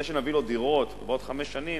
זה שנביא לו דירות בעוד חמש שנים,